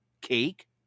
cake